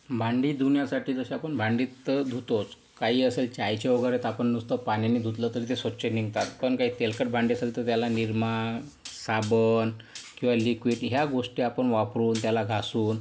भांडी धुण्यासाठी जसे आपण भांडी तर धुतोच काही असेल चायचे वगैरे तर आपण नुसतं पाण्यानी धुतलं तरी ते स्वच्छ निघतात पण काही तेलकट भांडी असेल तर त्याला निरमा साबण किंवा लिक्विड या गोष्टी आपण वापरून त्याला घासून